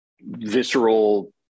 visceral